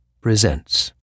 presents